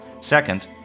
Second